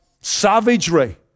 savagery